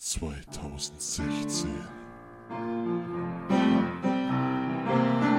2016.